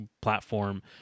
platform